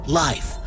life